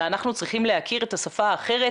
אלא אנחנו צריכים להכיר את השפה האחרת,